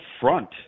front